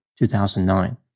2009